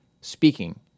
speaking